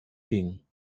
ging